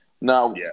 Now